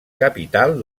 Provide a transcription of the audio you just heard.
capital